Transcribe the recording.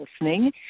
listening